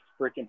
freaking